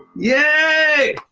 yay!